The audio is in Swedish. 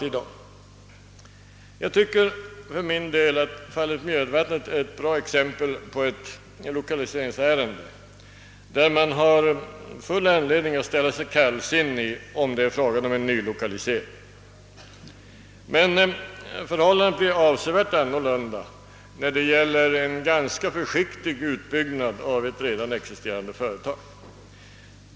Fallet Mjödvattnet är enligt min mening ett gott exempel på lokaliseringsärenden, till vilka man har full anledning att ställa sig kallsinnig om det är fråga om en nylokalisering. Förhållandet ter sig emellertid avsevärt annorlunda när det gäller en ganska försik tig utbyggnad av ett redan existerande företag.